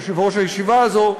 יושב-ראש הישיבה הזו,